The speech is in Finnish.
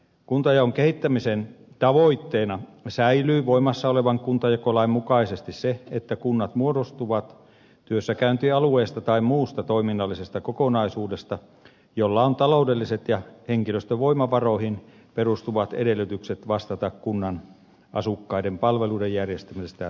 kuntajaon kehittämisen tavoitteena säilyy voimassa olevan kuntajakolain mukaisesti se että kunnat muodostuvat työssäkäyntialueista tai muusta toiminnallisesta kokonaisuudesta jolla on taloudelliset ja henkilöstövoimavaroihin perustuvat edellytykset vastata kunnan asukkaiden palveluiden järjestämisestä ja rahoituksesta